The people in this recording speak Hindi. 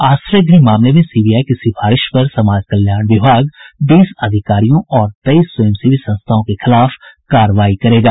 आश्रय गृह मामले में सीबीआई की सिफारिश पर समाज कल्याण विभाग बीस अधिकारियों और तेईस स्वयंसेवी संस्थाओं के खिलाफ कार्रवाई करेगा